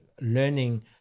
learning